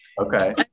okay